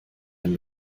wenn